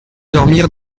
dormir